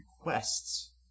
requests